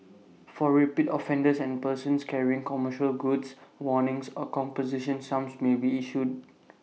for repeat offenders and persons carrying commercial goods warnings or composition sums may be issued